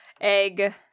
egg